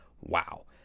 Wow